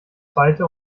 zweite